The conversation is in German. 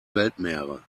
weltmeere